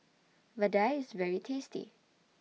Vadai IS very tasty